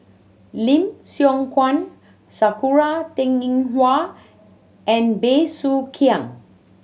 Lim Siong Guan Sakura Teng Ying Hua and Bey Soo Khiang